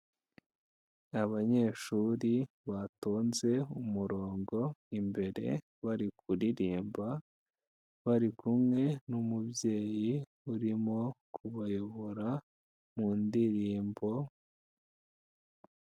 Ni abanyeshuri batonze umurongo imbere bari kuririmba, bari kumwe n'umubyeyi urimo kubayobora mu ndirimbo